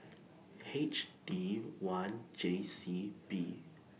H D one J C B